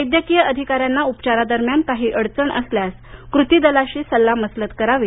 वैद्यकीय अधिकाऱ्यांना उपचारादरम्यान काही अडचण असल्यास कृती दलाशी सल्लामसलत करावी